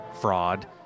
fraud